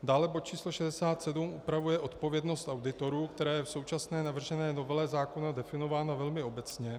Dále bod číslo 67 upravuje odpovědnost auditorů, která je v současné navržené novele zákona definována velmi obecně.